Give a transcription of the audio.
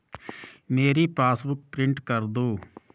मेरी passbook print कर दो